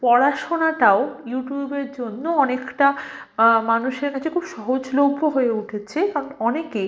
পড়াশোনাটাও ইউটিউবের জন্য অনেকটা মানুষের কাছে খুব সহজলভ্য হয়ে উঠেছে কারণ অনেকেই